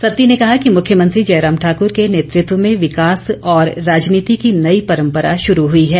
सत्ती ने कहा कि मुख्यमंत्री जयराम ठाकर के नेतृत्व में विकास और राजनीति की नई परंपरा शुरू हुई है